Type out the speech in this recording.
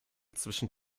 zwischen